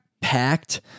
packed